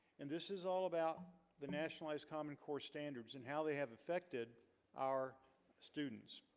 and this is all about the nationalised, common core standards, and how they have affected our students